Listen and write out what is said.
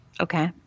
okay